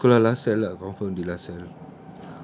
abeh you nak sekolah LASALLE ah confirm LASALLE